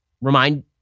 remind